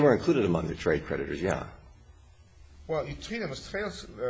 they were included among the trade creditors yaar well